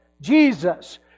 Jesus